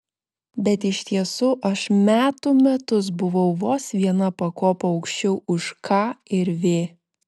bet iš tiesų aš metų metus buvau vos viena pakopa aukščiau už k ir v